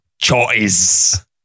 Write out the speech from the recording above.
choice